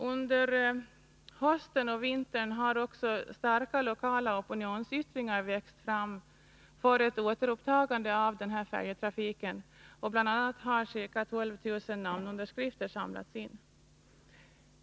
Under hösten och vintern har också starka lokala opinionsyttringar växt fram för ett återupptagande av denna färjetrafik, och bl.a. har ca 12 000 namnunderskrifter samlats in.